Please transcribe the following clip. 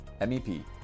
MEP